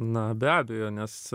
na be abejo nes